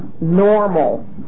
normal